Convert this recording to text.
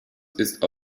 ist